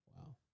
Wow